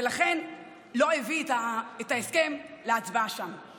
ולכן לא הביא את ההסכם להצבעה שם.